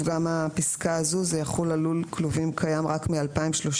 גם הפסקה הזו תחול על לול כלובים רק מ-2032.